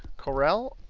correl.